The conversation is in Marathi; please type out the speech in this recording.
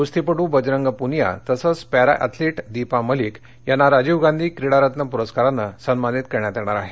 कुस्तीपटू बजरंग पूनिया तसंच पॅरा ऍथलिट दीपा मलिक यांना राजीव गांधी क्रीडा रत्न पुरस्कारान सन्मानित करण्यात येणार आहे